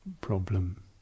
problem